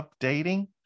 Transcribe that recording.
updating